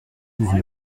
dix